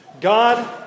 God